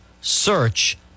search